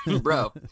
Bro